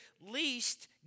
least